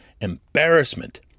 embarrassment